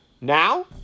Now